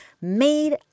made